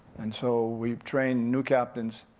and so we trained new captains,